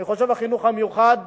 אני חושב שהחינוך המיוחד